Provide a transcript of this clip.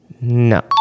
No